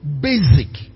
basic